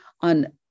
on